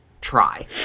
try